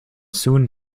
soon